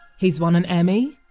he's won an emmy,